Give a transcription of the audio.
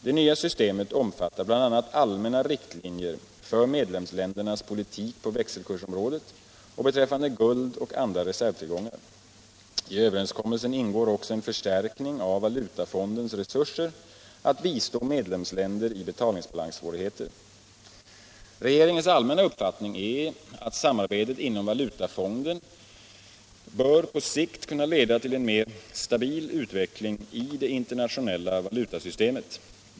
Det nya systemet omfattar bl.a. allmänna riktlinjer för medlemsländernas politik på växelkursområdet och beträffande guld och andra reservtillgångar. I överenskommelsen ingår också en förstärkning av Valutafondens resurser att bistå medlemsländer i betalningsbalanssvårigheter. Regeringens allmänna uppfattning är att samarbetet inom Valutafonden bör på sikt kunna leda till en mer stabil utveckling i det internationella valutasystemet.